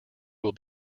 will